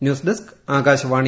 news desk Akashvani